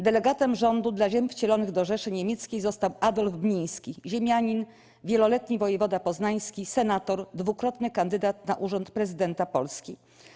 Delegatem rządu dla ziem wcielonych do Rzeszy Niemieckiej został Adolf Bniński - ziemianin, wieloletni wojewoda poznański, senator, dwukrotny kandydat na urząd prezydenta Polski.